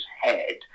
head